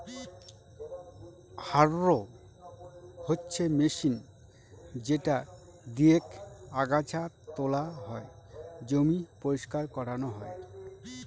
harrow হচ্ছে machine যেটা দিয়েক আগাছা তোলা হয়, জমি পরিষ্কার করানো হয়